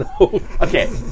Okay